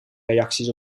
reacties